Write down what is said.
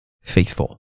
faithful